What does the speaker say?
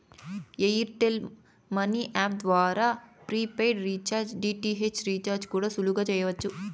air tell money app ద్వారా prepaid recharge, DTH recharge కూడా సులువుగా చెయ్యచ్చు